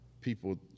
People